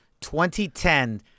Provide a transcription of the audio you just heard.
2010